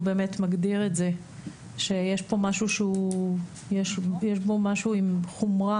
באמת מגדיר את זה כך שיש כאן משהו עם חומרה,